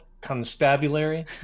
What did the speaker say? Constabulary